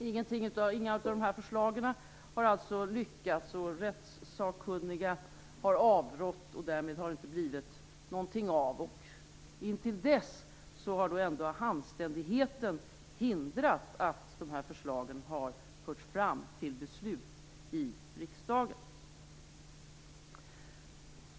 Inget av de här förslagen har alltså lyckats. Rättssakkunniga har avrått och därmed har det inte blivit något av. Intill dess har ändå anständigheten hindrat att de här förslagen har förts fram till beslut i riksdagen.